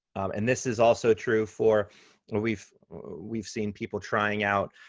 and this is also true for we've we've seen people trying out